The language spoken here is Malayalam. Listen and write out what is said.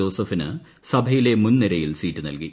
ജോസഫിന് സഭയിലെ മുൻനിരയിൽ സീറ്റ് നൽകി